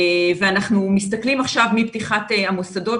אנחנו מסתכלים עכשיו מפתיחת המוסדות,